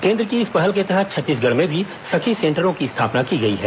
केन्द्र की इस पहल के तहत छत्तीसगढ़ में भी सखी सेंटरों की स्थापना की गई है